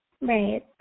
Right